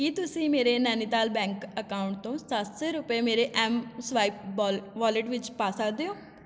ਕੀ ਤੁਸੀਂ ਮੇਰੇ Nainital bank account ਤੋਂ ਸੱਤ ਸੌ ਰੁਪਏ ਮੇਰੇ ਐੱਮਸਵਾਇਪ ਵੋ ਵੋਲਿਟ ਵਿੱਚ ਪਾ ਸਕਦੇ ਹੋ